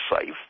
safe